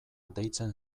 deitzen